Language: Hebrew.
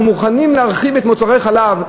אנחנו מוכנים להרחיב את מוצרי החלב,